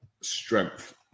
strength